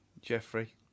Jeffrey